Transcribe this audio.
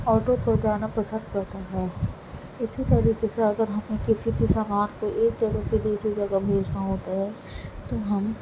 auto پہ جانا پسند کرتے ہیں اسی طریقے سے اگر ہمیں کسی بھی سامان کو ایک جگہ سے دوسری جگہ بھیجنا ہوتا ہے تو ہم